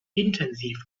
intensiv